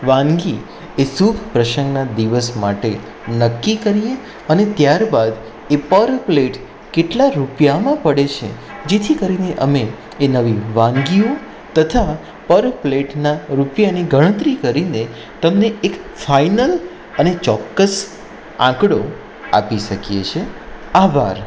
વાનગી એ શુભ પ્રસંગના દિવસ માટે નક્કી કરીએ અને ત્યારબાદ એ પર પ્લેટ કેટલા રૂપિયામાં પડે છે જેથી કરીને અમે એ નવી વાનગીઓ તથા પર પ્લેટના રૂપિયાની ગણતરી કરીને તમને એક ફાઇનલ અને ચોક્કસ આંકડો આપી શકીએ છે આભાર